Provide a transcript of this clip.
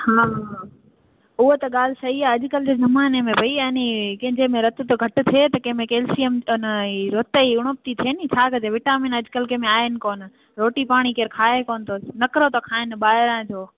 हा उहो त ॻाल्हि सही आहे अॼुकल्ह जे ज़माने में भई यानि की कंहिंजे में रतु त घटि थिए त कंहिंमें में कैल्शियम त न ई विटामिन अॼुकल्ह कंहिंमे आहिनि कोनि रोटी पाणी केरु खाए कोनि थो नखरा था खाइनि ॿाहिरां जो